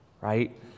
Right